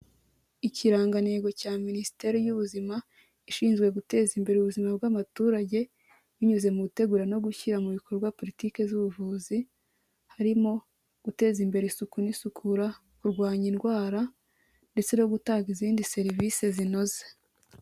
Ikirangantego cya Minisiteri y'Ubuzima, ishinzwe guteza imbere ubuzima bw'abaturage, binyuze mu gutegura no gushyira mu bikorwa politike z'ubuvuzi, harimo guteza imbere isuku n'isukura, kurwanya indwara ndetse no gutanga izindi serivise zinoze.